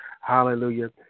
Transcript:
Hallelujah